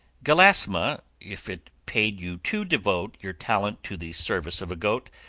gelasma, if it paid you to devote your talent to the service of a goat,